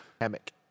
Hammock